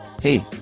Hey